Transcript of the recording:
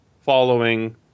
following